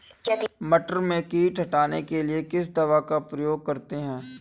मटर में कीट हटाने के लिए किस दवा का प्रयोग करते हैं?